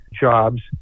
jobs